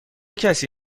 کسی